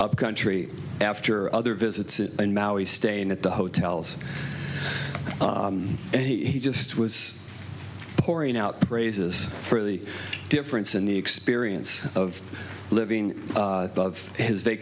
up country after other visits and now he's staying at the hotels and he just was pouring out praises for the difference in the experience of living above his